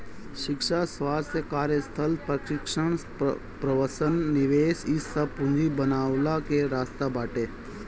शिक्षा, स्वास्थ्य, कार्यस्थल प्रशिक्षण, प्रवसन निवेश इ सब पूंजी बनवला के रास्ता बाटे